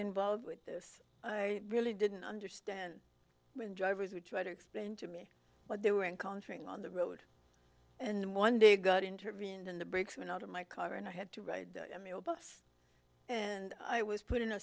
involved with this i really didn't understand when drivers would try to explain to me what they were encountering on the road and one day god intervened in the brakesman out of my car and i had to write and i was put in a